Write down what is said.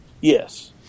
Yes